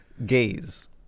Gaze